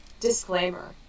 Disclaimer